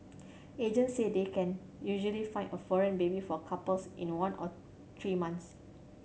agents say they can usually find a foreign baby for couples in one or three months